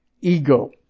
ego